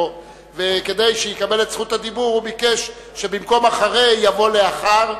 וכדי שיקבל את זכות הדיבור הוא ביקש שבמקום "אחרי" יבוא "לאחר",